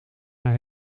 hij